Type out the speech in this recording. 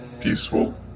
peaceful